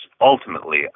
ultimately